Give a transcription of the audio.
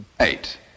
Eight